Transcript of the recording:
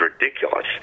ridiculous